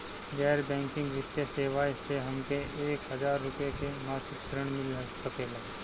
गैर बैंकिंग वित्तीय सेवाएं से हमके एक हज़ार रुपया क मासिक ऋण मिल सकेला?